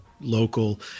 local